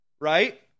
right